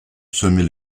semer